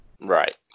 Right